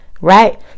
Right